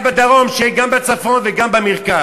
כמו שהיה בדרום, שיהיה גם בצפון וגם במרכז.